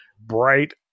bright